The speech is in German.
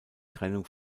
trennung